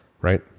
right